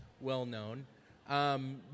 well-known